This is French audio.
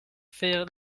faire